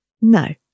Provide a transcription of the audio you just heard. no